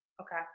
Okay